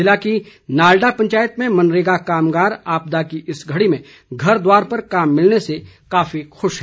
जिले की नालडा पंचायत में मनरेगा कामगार आपदा की इस घड़ी में घर द्वार पर काम मिलने से काफी खुश है